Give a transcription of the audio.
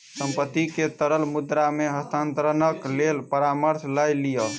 संपत्ति के तरल मुद्रा मे हस्तांतरणक लेल परामर्श लय लिअ